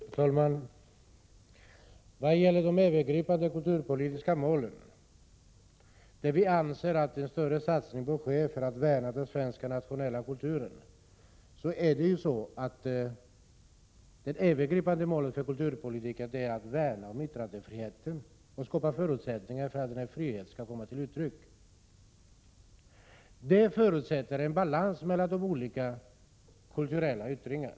Herr talman! I vad gäller de övergripande kulturpolitiska målen anser vi att en större satsning bör ske för att värna den svenska nationella kulturen. Det övergripande målet för kulturpolitiken är att värna yttrandefriheten och att skapa sådana förutsättningar att denna frihet kan komma till uttryck. Det förutsätter en balans mellan olika kulturella yttringar.